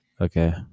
okay